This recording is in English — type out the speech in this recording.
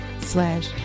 slash